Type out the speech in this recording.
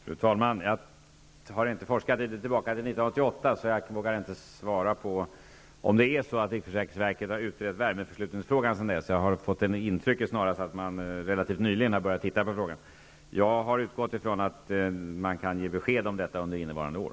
Fru talman! Jag har inte forskat så långt tillbaka som 1988. Jag vågar därför inte svara på om riksförsäkringsverket har utrett frågan om värmeförslutning sedan dess. Jag har snarast fått ett intryck av att man på riksförsäkringsverket relativt nyligen har börjat titta på frågan. Jag har utgått från att man kan ge besked om detta under innevarande år.